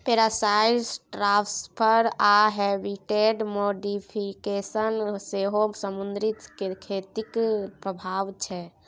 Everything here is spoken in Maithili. पैरासाइट ट्रांसफर आ हैबिटेट मोडीफिकेशन सेहो समुद्री खेतीक प्रभाब छै